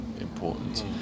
important